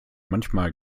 manchmal